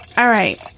all right.